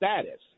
status